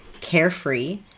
carefree